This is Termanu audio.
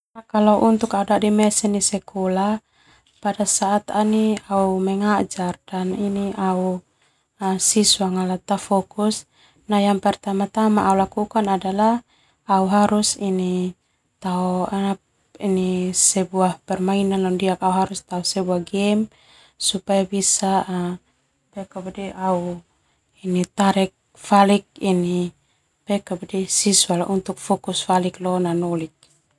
Au dadi mesen nai sekolah pada saat au mengajar au siswa ta fokus au harus ini tao sebuah game supaya bisa au tarek falik ala fokus nanolik.